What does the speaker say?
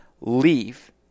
leave